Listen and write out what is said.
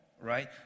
right